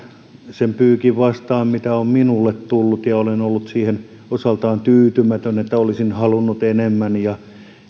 sen pyykin vastaan mitä minulle on tullut ja olen ollut siihen osaltaan tyytymätön kun olisin halunnut enemmän